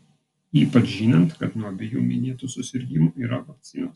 ypač žinant kad nuo abiejų minėtų susirgimų yra vakcinos